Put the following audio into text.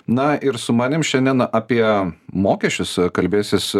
na ir su manim šiandien apie mokesčius kalbėsis